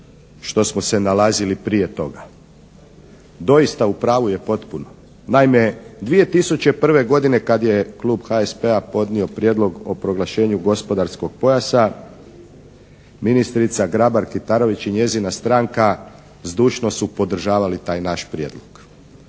što smo se nalazili prije toga. Doista, u pravu je potpuno. Naime, 2001. godine kad je klub HSP-a podnio prijedlog o proglašenju gospodarskog pojasa, ministrica Grabar Kitarović i njezina stranka zdušno su podržavali taj naš prijedlog,